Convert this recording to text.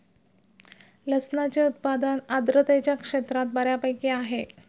लसणाचे उत्पादन आर्द्रतेच्या क्षेत्रात बऱ्यापैकी आहे